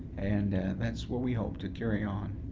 and that's what we hope to carry on.